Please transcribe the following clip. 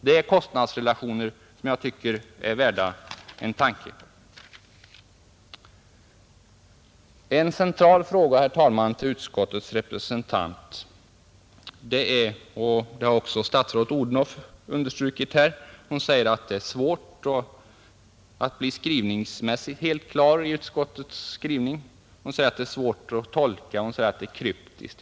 Det är kostnadsrelationer som jag tycker är värda en tanke, En central fråga, herr talman, gäller utskottets skrivning. Statsrådet Odhnoff har också understrukit detta. Hon säger att det är svårt att bli klar över utskottets skrivning, att den är svår att tolka, att den är kryptisk.